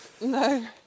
No